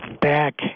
back